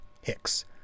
Hicks